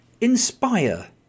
inspire